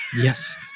Yes